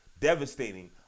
devastating